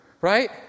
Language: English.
right